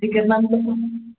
ठीक है मैम तब तो